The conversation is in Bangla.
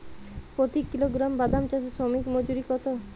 প্রতি কিলোগ্রাম বাদাম চাষে শ্রমিক মজুরি কত?